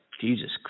Jesus